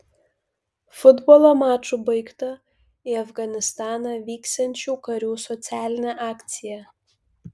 futbolo maču baigta į afganistaną vyksiančių karių socialinė akcija